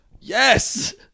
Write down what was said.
Yes